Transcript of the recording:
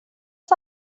oss